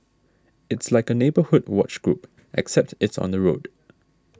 it's like a neighbourhood watch group except it's on the road